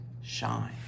shine